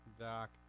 Doc